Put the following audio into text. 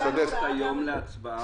זה אמור לעלות היום להצבעה או לא?